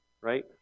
right